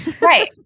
Right